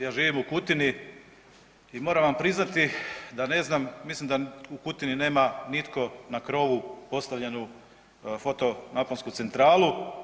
Ja živim u Kutini i moram vam priznati da ne znam, mislim da u Kutini nema nitko na krovu postavljenu fotonaponsku centralu.